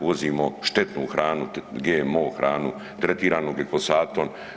Uvozimo štetnu hranu GMO hranu tretiranu glifosatom.